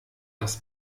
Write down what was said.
das